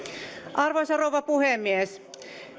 arvoisa rouva puhemies